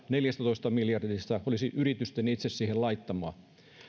neljästätoista miljardista olisi yritysten itse siihen laittamaa